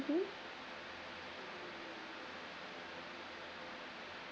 hmm